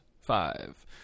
five